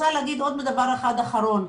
דבר אחד אחרון.